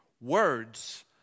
words